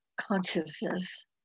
consciousness